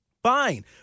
Fine